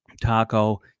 Taco